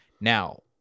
Now